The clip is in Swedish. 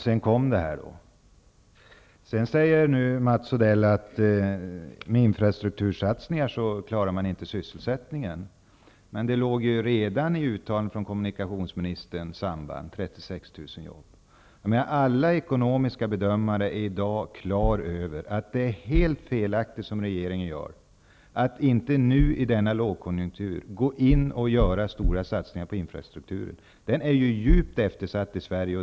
Sedan kom den här satsningen. Mats Odell säger också att man inte klarar sysselsättningen med infrastruktursatsningar, men redan i kommunikationsministerns uttalande låg ett samband, nämligen att satsningen skulle ge 36 000 jobb. Alla ekonomiska bedömare är i dag på det klara med att det är helt felaktigt av regeringen att inte nu i denna lågkonjunktur gå in och göra stora satsningar på infrastrukturen. Den är ju djupt eftersatt i Sverige.